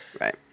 right